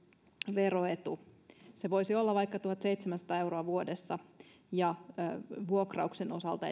veroetu se voisi olla vaikka tuhatseitsemänsataa euroa vuodessa ja vuokrauksen osalta